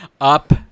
Up